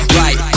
right